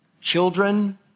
children